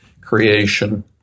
creation